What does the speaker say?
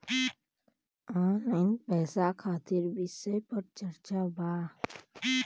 Online पैसा खातिर विषय पर चर्चा वा?